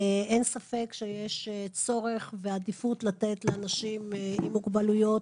אין ספק שיש צורך ועדיפות לתת לאנשים עם מוגבלויות